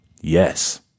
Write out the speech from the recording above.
Yes